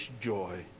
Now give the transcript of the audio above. joy